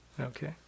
Okay